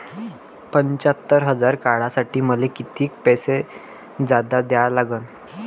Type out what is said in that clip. पंच्यात्तर हजार काढासाठी मले कितीक पैसे जादा द्या लागन?